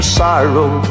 sorrow